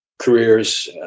careers